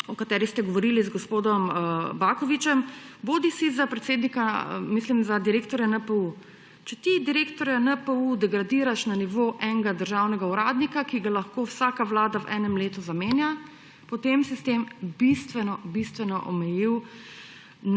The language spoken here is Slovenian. o katerih ste govorili z gospodom Bakovićem, bodisi za direktorja NPU. Če ti direktorja NPU degradiraš na nivo enega državnega uradnika, ki ga lahko vsaka vlada v enem letu zamenja, potem si s tem bistveno bistveno omejil